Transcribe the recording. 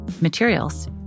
materials